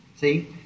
See